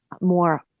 more